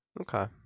Okay